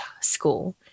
school